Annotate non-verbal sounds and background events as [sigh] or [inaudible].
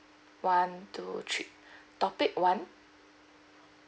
one two three [breath] topic one